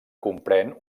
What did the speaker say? comprèn